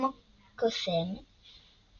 כמו קוסם,